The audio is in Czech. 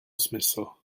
smysl